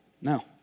No